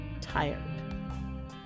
tired